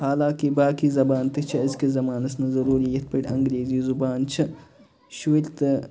حالانٛکہِ باقٕے زبان تہِ چھِ أزۍکِس زمانَس منٛز ضروٗری یِتھٕ پٲٹھۍ اَنٛگریزی زُبان چھِ شُرۍ تہٕ